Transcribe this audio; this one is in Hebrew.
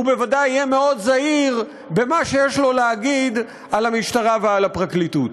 הוא בוודאי יהיה מאוד זהיר במה שיש לו להגיד על המשטרה ועל הפרקליטות.